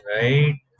right